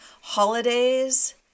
holidays